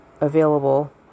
available